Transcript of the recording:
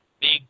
big